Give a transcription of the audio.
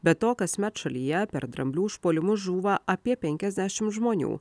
be to kasmet šalyje per dramblių užpuolimus žūva apie penkiasdešim žmonių